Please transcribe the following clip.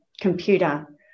computer